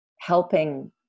helping